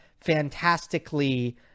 fantastically